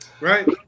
Right